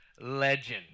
legend